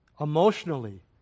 emotionally